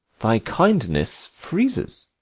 thy kindness freezes